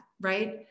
right